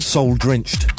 Soul-drenched